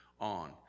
on